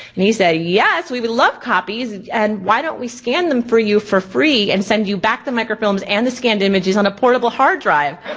and he said, yes we would love copies and why don't we scan them for you for free and send you back the microfilms and the scanned images on a portable hard drive?